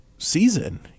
Season